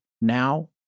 Now